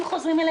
הישיבה ננעלה